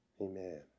Amen